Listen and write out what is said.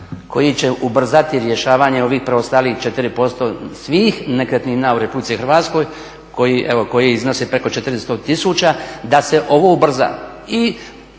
koji će ubrzati rješavanje ovih preostalih 4% svih nekretnina u RH koji iznose preko 400 tisuća da se ovo ubrza i